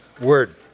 Word